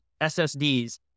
SSDs